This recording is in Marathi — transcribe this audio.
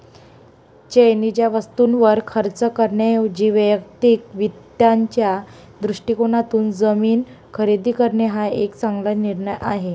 चैनीच्या वस्तूंवर खर्च करण्याऐवजी वैयक्तिक वित्ताच्या दृष्टिकोनातून जमीन खरेदी करणे हा एक चांगला निर्णय आहे